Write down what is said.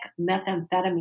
methamphetamine